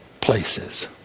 places